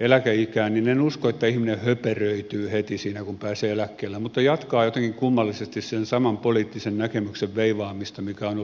eläkeikään en usko että ihminen höperöityy heti siinä kun pääsee eläkkeelle mutta jatkaa jotenkin kummallisesti sen saman poliittisen näkemyksen veivaamista mikä on ollut nuorempanakin